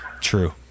True